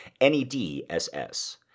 NEDSS